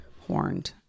horned